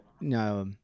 No